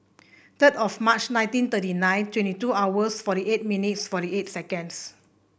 third of March nineteen thirty nine twenty two hours forty eight minutes forty eight seconds